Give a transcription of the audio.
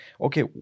okay